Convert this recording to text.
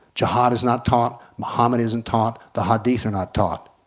jihad is not taught, mohammed isn't taught, the hadith are not taught.